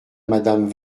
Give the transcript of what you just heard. madame